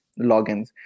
logins